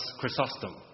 Chrysostom